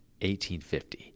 1850